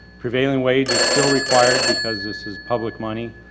prevailing wage is still required because this is public money.